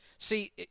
See